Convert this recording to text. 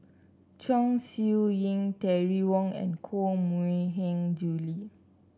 Chong Siew Ying Terry Wong and Koh Mui Hiang Julie